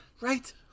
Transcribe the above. Right